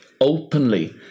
openly